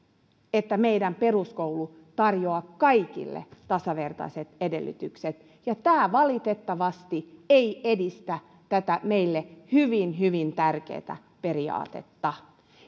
että meidän peruskoulu tarjoaa kaikille tasavertaiset edellytykset ja tämä valitettavasti ei edistä tätä meille hyvin hyvin tärkeätä periaatetta